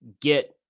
get